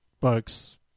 books